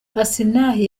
asinah